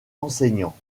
enseignant